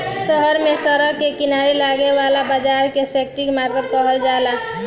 शहर में सड़क के किनारे लागे वाला बाजार के स्ट्रीट मार्किट कहल जाला